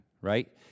right